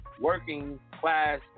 working-class